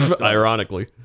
Ironically